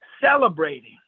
celebrating